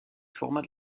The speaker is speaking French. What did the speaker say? format